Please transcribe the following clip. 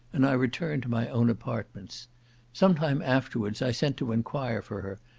and i returned to my own apartments some time afterwards i sent to enquire for her,